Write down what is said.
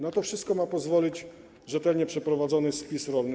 Na to wszystko ma pozwolić rzetelnie przeprowadzony spis rolny.